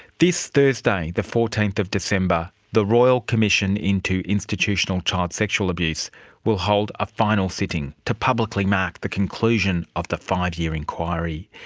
this thursday the fourteenth of december, the royal commission into institutional child sexual abuse will hold a final sitting to publically mark the conclusion of the five-year inquiry.